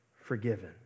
forgiven